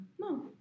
No